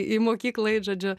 į mokyklą eit žodžiu